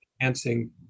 enhancing